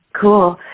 cool